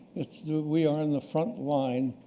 we are in the front line,